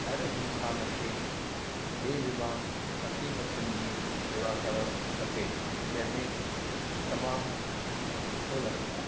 हर इंसान खे बेज़ुबान पखी पखिन जी शेवा करणु खपे जंहिंमें तमामु सुठो लॻंदो आहे